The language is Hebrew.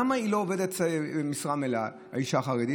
למה היא לא עובדת במשרה מלאה, האישה החרדית?